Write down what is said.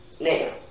Now